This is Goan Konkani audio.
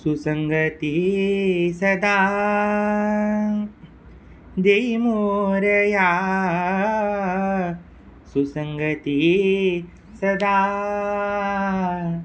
सुसंगती सदा देई मोरया सुसंगती सदा